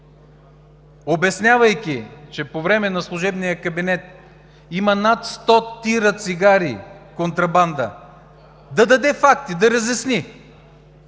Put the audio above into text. обяснявайки, че по време на служебния кабинет има над 100 тира цигари контрабанда, да даде факти, да разясни